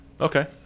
okay